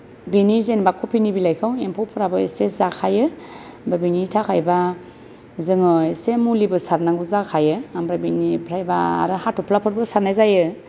बेनि जेनेबा कफिनि बिलाइखौ एम्फौफोराबो इसे जाखायो बा बेनि थाखायबा जोङो एसे मुलिबो सारनांगौ जाखायो ओमफ्राय बेनिफ्राय बा आरो हा थफ्लाफोरबो सारनाय जायो